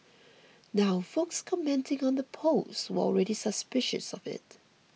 now folks commenting on the post were already suspicious of it